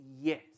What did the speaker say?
yes